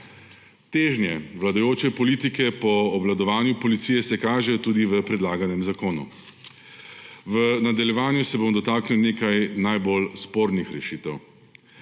Težnje vladajoče politike po obvladovanju policije se kažejo tudi v predlaganem zakonu. V nadaljevanju se bom dotaknil nekaj najbolj spornih rešitev.